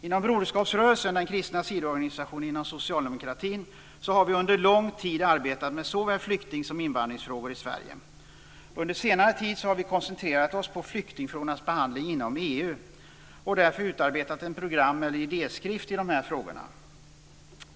Inom Broderskapsrörelsen, den kristna sidoorganisationen inom socialdemokratin, har vi under lång tid arbetat med såväl flykting som invandringsfrågor i Sverige. Under senare tid har vi koncentrerat oss på flyktingfrågornas behandling inom EU och har därför utarbetat en program eller idéskrift när det gäller de här frågorna.